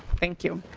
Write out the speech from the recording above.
thank you.